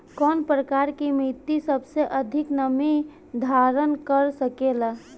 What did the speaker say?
कौन प्रकार की मिट्टी सबसे अधिक नमी धारण कर सकेला?